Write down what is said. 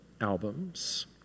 albums